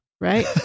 right